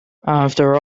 after